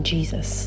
Jesus